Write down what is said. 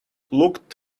looked